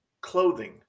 clothing